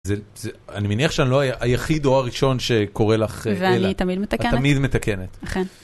זה... זה... אני מניח שאני לא היחיד או הראשון שקורא לך, אה... - ואני תמיד מתקנת. - את תמיד מתקנת - אכן